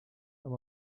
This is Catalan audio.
amb